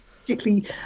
particularly